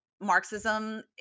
marxism